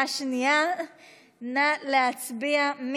נא להצביע.